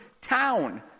town